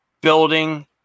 building